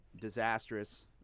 disastrous